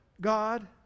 God